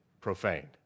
profaned